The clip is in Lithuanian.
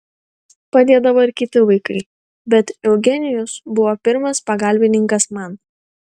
padėdavo ir kiti vaikai bet eugenijus buvo pirmas pagalbininkas man